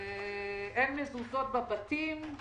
אין שם מזוזות בבתים,